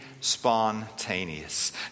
spontaneous